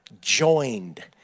joined